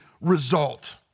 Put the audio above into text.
result